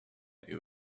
they